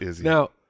now